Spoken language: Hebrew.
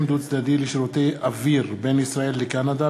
דו-צדדי לשירותי אוויר בין ישראל לקנדה,